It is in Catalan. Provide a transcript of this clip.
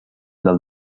del